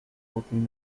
booten